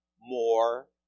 more